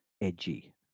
edgy